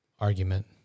argument